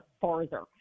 farther